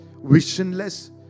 visionless